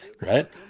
Right